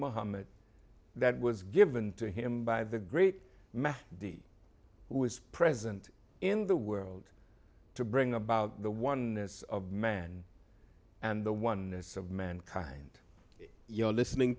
muhammad that was given to him by the great man who was present in the world to bring about the one man and the oneness of mankind you're listening